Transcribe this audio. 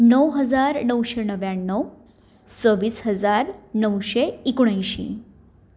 णव हजार णवशें णव्याण्णव सव्वीस हजार णवशें एकुणअंयशीं